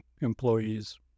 employees